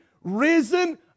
risen